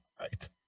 Right